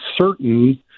certain